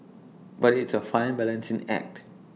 but it's A fine balancing act